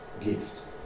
gift